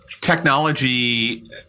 technology